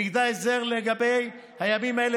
נקבע הסדר לגבי הימים האלה.